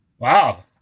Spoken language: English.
Wow